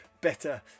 better